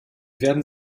werden